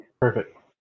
Perfect